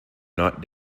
not